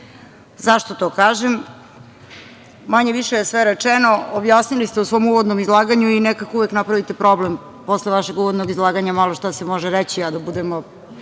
Zašto to kažem? Manje-više je sve rečeno, objasnili ste u svom uvodnom izlaganju i nekako uvek napravite problem posle vašeg uvodnog izlaganja šta se može reći, a da budemo